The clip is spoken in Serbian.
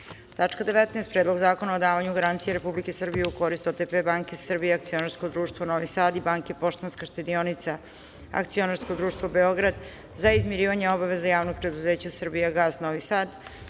glasanje Predlog zakona o davanju garancije Republike Srbije u korist OTP banke Srbija akcionarsko društvo Novi Sad i Banke Poštanska štedionica akcionarsko društvo Beograd za izmirivanje obaveza Javnog preduzeća „Srbijagas" Novi Sad,